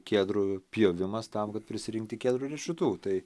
kiedrų pjovimas tam kad prisirinkti kiedro riešutų tai